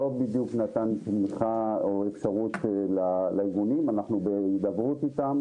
במרכז קליטה והם לא שולטים בעברית בכלל.